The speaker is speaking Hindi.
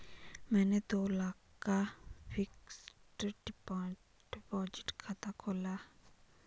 मैंने दो लाख का फ़िक्स्ड डिपॉज़िट खाता खोला